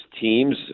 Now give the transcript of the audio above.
teams